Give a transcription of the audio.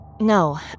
No